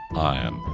iron,